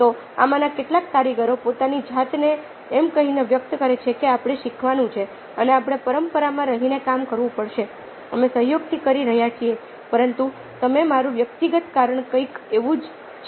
તો આમાંના કેટલાક કારીગરો પોતાની જાતને એમ કહીને વ્યક્ત કરે છે કે આપણે શીખવાનું છે અને આપણે પરંપરામાં રહીને કામ કરવું પડશે અમે સહયોગથી કરી રહ્યા છીએ પરંતુ તેમાં મારું વ્યક્તિગતકરણ કંઈક એવું છે જે વ્યક્ત થાય છે